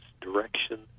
direction